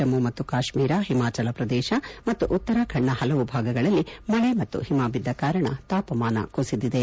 ಜಮ್ಮ ಮತ್ತು ಕಾಶ್ಮೀರ ಹಿಮಾಚಲ ಪ್ರದೇಶ ಮತ್ತು ಉತ್ತರಾಖಂಡ್ನ ಹಲವು ಭಾಗಗಳಲ್ಲಿ ಮಳೆ ಮತ್ತು ಹಿಮ ಬಿದ್ದ ಕಾರಣ ತಾಪಮಾನ ಕುಸಿದಿದೆ